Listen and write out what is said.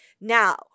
Now